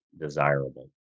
desirable